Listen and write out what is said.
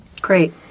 Great